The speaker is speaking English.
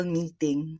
meeting